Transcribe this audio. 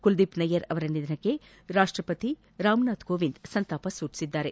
ಕುಲದೀಪ್ ನಯ್ಯರ್ ಅವರ ನಿಧನಕ್ಕೆ ರಾಷ್ಷಪತಿ ರಾಮನಾಥ ಕೋವಿಂದ್ ಸಂತಾಪ ಸೂಚಿಸಿದ್ದಾರೆ